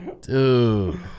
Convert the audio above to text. Dude